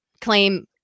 claim